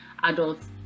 adults